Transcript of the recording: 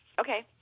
Okay